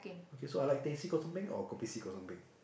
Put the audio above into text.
okay so I like teh C kosong peng or kopi C kosong peng